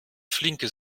flinke